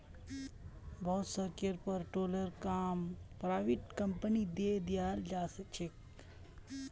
बहुत सड़केर पर टोलेर काम पराइविट कंपनिक दे दियाल जा छे